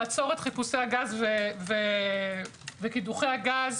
יש לעצור את חיפושי הגז וקידוחי הגז.